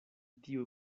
tiu